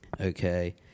Okay